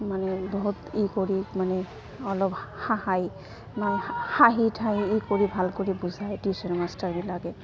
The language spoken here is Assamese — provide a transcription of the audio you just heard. মানে বহুত ই কৰি মানে অলপ হাঁহাই মানে হাঁহি উঠাই ই কৰি ভাল কৰি বুজায় টিউশ্যন মাষ্টৰবিলাকে